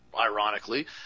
ironically